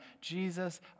Jesus